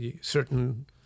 certain